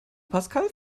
pascal